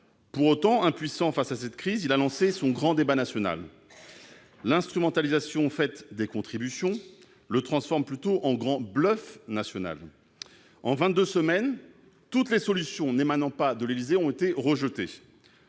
Pour autant, impuissant face à cette crise, il a lancé son grand débat national. L'instrumentalisation des contributions le transforme en « grand bluff national ». En vingt-deux semaines, toutes les solutions n'émanant pas de l'Élysée ont été rejetées.